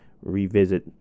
revisit